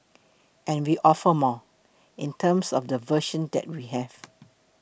and we offer more in terms of the version that we have